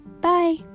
bye